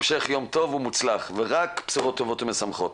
המשך יום טוב ומוצלח, ורק בשורות טובות ומשמחות.